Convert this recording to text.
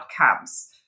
outcomes